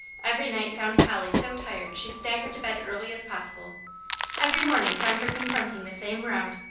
every night found polly so tired she staggered to bed early as possible every morning found her confronting the same round,